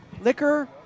liquor